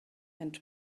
and